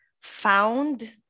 found